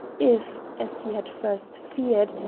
if, as he had first feared,